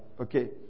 Okay